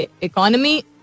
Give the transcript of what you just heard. economy